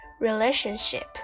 relationship